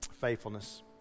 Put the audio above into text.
faithfulness